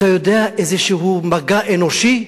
אתה יודע, איזה מגע אנושי,